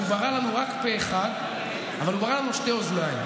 הוא ברא לנו רק פה אחד אבל הוא ברא לנו שתי אוזניים,